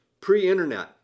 pre-internet